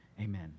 amen